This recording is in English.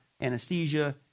anesthesia